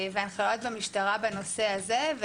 והנחיות במשטרה בנושא הזה.